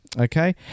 Okay